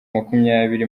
makumyabiri